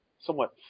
somewhat